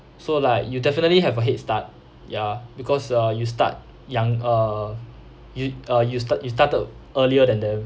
so like you definitely have a head start ya because uh you start young err you uh you start you started earlier than them